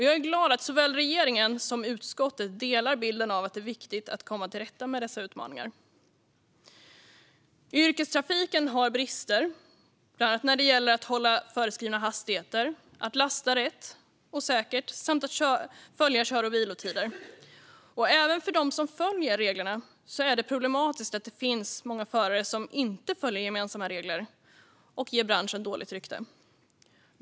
Jag är glad att både regeringen och utskottet delar bilden att det är viktigt att komma till rätta med dessa utmaningar. Yrkestrafiken har brister, bland annat när det gäller att hålla föreskrivna hastigheter, att lasta rätt och säkert samt att följa kör och vilotider. Även för dem som följer reglerna är det problematiskt att det finns många förare som inte följer gemensamma regler och ger branschen dåligt rykte.